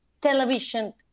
television